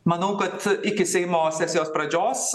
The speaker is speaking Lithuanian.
manau kad iki seimo sesijos pradžios